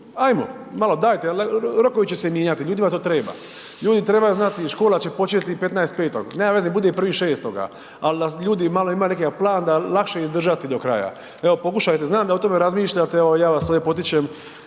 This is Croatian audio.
Ajmo, malo dajte, rokovi će se mijenjati, ljudima to treba, ljudi trebaju znati škola će početi 15.5., nema veze neka bude i 1.6., al da ljudi malo imaju neki plan da lakše je izdržati do kraja. Evo pokušajte, znam da o tome razmišljate, evo ja vas sve potičem